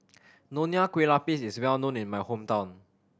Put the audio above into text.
Nonya Kueh Lapis is well known in my hometown